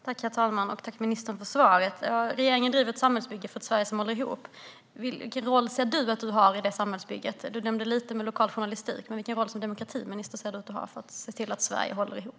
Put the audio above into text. Herr talman! Jag tackar ministern för svaret. Regeringen driver ett samhällsbygge för ett Sverige som håller ihop. Vilken roll ser du att du har i detta samhällsbygge? Du nämnde lokal journalistik, men vilken roll har du som demokratiminister för att se till att Sverige håller ihop?